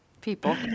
People